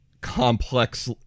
complex